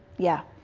yeah.